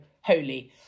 holy